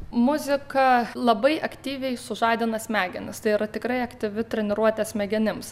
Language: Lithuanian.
muziką labai aktyviai sužadina smegenys tai yra tikrai aktyvi treniruotė smegenims